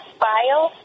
file